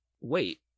Wait